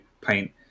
paint